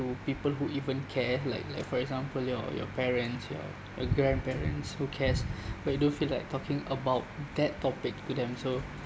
to people who even care like like for example your your parents your your grandparents who cares but you don't feel like talking about that topic to them so